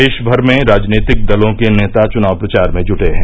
देशभर में राजनीतिक दलों के नेता चुनाव प्रचार में जूटे हैं